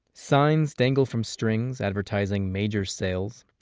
signs dangle from strings advertising major sales.